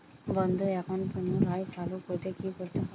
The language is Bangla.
বন্ধ একাউন্ট পুনরায় চালু করতে কি করতে হবে?